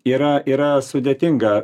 yra yra sudėtinga